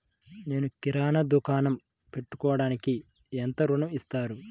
నేను కిరాణా దుకాణం పెట్టుకోడానికి ఎంత ఋణం ఇస్తారు?